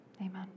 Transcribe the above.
amen